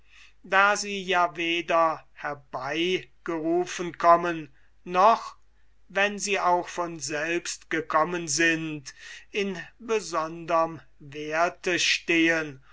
da sie ja weder herbei gerufen kommen noch wenn sie auch von selbst gekommen sind in besonderm werthe stehen